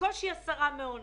בקושי 10 מעונות.